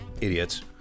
idiots